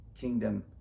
kingdom